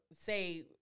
say